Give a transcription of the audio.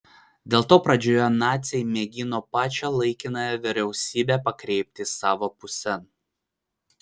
dėl to pradžioje naciai mėgino pačią laikinąją vyriausybę pakreipti savo pusėn